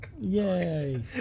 yay